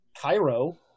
Cairo